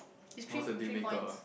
it's trim three points